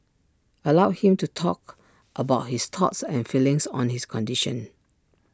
allow him to talk about his thoughts and feelings on his condition